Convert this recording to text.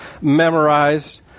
memorized